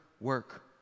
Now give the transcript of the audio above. work